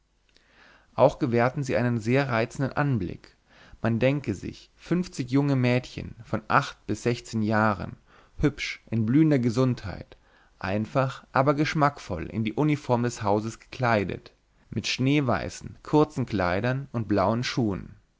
auch gewährten sie einen sehr reizenden anblick man denke sich fünfzig junge mädchen von acht bis sechzehn jahren hübsch in blühender gesundheit einfach aber geschmackvoll in die uniform des hauses gekleidet mit schneeweißen kurzen kleidern und blauen schuhen